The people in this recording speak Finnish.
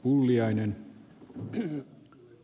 arvoisa puhemies